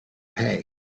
pay